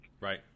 Right